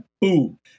boom